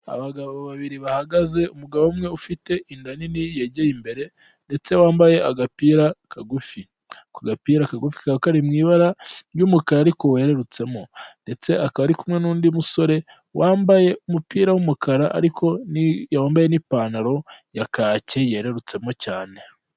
Abagabo babiri bahagaze umugabo umwe ufite inda nini yegeye imbere, ndetse wambaye agapira kagufi, ku gapira kagufi kakaba kari mu ibara ry'umukara ariko werurutsemo ndetse akaba ari kumwe n'undi musore wambaye umupira w'umukara ariko yambaye n'ipantaro ya kake yerurutsemo cyane.